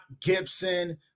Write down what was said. Gibson